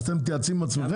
אז אתם מתייעצים עם עצמכם?